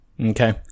Okay